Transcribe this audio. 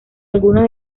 algunos